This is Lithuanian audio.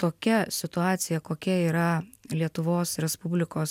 tokia situacija kokia yra lietuvos respublikos